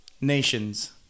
nations